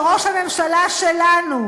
כמו שראש הממשלה שלנו,